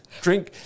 Drink